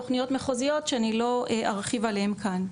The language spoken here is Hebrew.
תוכניות מחוזיות שאני לא ארחיב עליהן כאן.